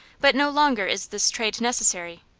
but no longer is this trade necessary.